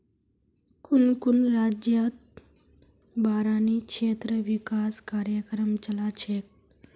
कुन कुन राज्यतत बारानी क्षेत्र विकास कार्यक्रम चला छेक